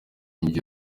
njye